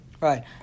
Right